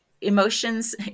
emotions